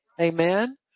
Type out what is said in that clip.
amen